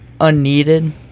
unneeded